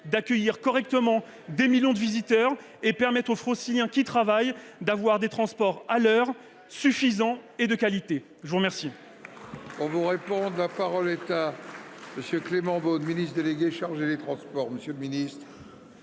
d'accueillir correctement des millions de visiteurs et de permettre aux Franciliens qui travaillent d'avoir des transports à l'heure, suffisants et de qualité ? La parole